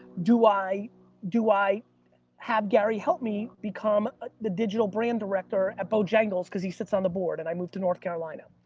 do i do i have gary help me become ah the digital brand director at bojangles cause he sits on the board and i move to north carolina.